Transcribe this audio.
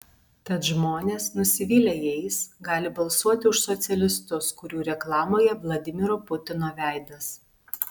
tad žmonės nusivylę jais gali balsuoti už socialistus kurių reklamoje vladimiro putino veidas